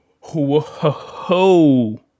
Whoa